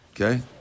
Okay